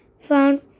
found